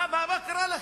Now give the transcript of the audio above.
מה קרה לכם?